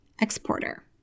exporter